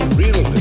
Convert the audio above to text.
real